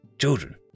Children